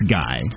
guy